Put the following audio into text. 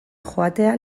joatea